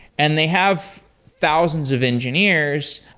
and they have thousands of engineers.